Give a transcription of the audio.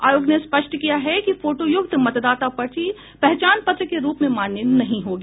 आयोग ने स्पष्ट किया है कि फोटोयुक्त मतदाता पर्ची पहचान पत्र के रूप में मान्य नहीं होगी